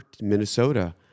Minnesota